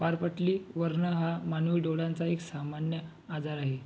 पारपटली वर्ण हा मानवी डोळ्यांचा एक सामान्य आजार आहे